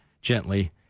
gently